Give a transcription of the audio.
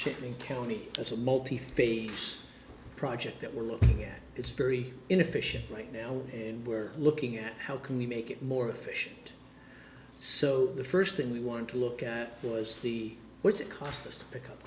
chipping county as a multi phase project that we're looking at it's very inefficient right now in we're looking at how can we make it more efficient so the first thing we wanted to look at was the what's it cost us pickup